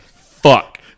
fuck